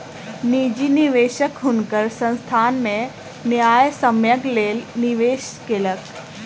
निजी निवेशक हुनकर संस्थान में न्यायसम्यक लेल निवेश केलक